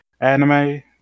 anime